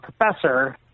professor